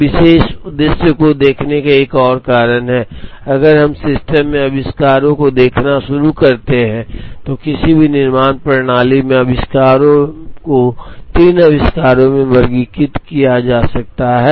इस विशेष उद्देश्य को देखने का एक और कारण है अगर हम सिस्टम में आविष्कारों को देखना शुरू करते हैं तो किसी भी निर्माण प्रणाली में आविष्कारों को 3 आविष्कारों में वर्गीकृत किया जा सकता है